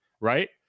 right